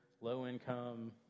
low-income